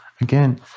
again